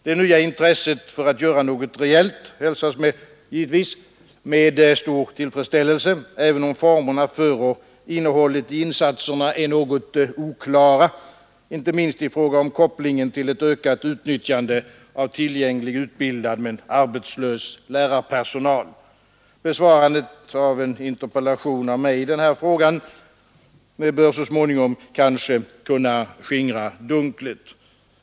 Det nya intresset för att göra något reellt hälsas givetvis med stor tillfredsställelse, även om formerna för och innehållet i insatserna är något oklara, inte minst i fråga om kopplingen till ett ökat utnyttjande av tillgänglig utbildad men arbetslös lärarpersonal. Besvarandet av en interpellation av mig i den här frågan bör så småningom kanske kunna skingra dunklet.